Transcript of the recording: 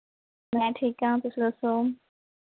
ਮੈਂ ਠੀਕ ਆਂ ਤੁਸੀਂ ਦੱਸੋ